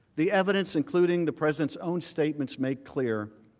the evidence including the president's own statements make clear,